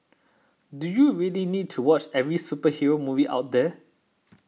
do you really need to watch every superhero movie out there